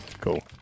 Cool